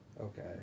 Okay